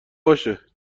باشه